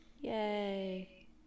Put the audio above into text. Yay